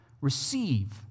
Receive